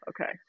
okay